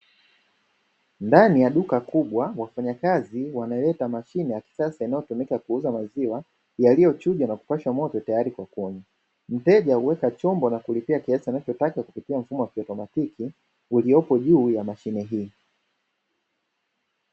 Ndani ya duka kubwa wafanya kazi wanaleta mashine kubwa ya kisasa ya kuuzia maziwa, yalilyo chujwa na kupashwa moto tayari kwa kunywa. Mteja huweka chombo na kulipia kiasi anachotaka kupitia mfumo wa kiotomatiki uliopo juu ya mashine hii.